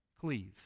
cleave